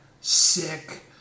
sick